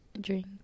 drink